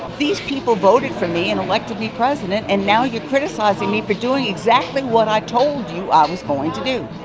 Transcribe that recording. these people voted for me and elected me president, and now you're criticizing me for doing exactly what i told you i was going to do.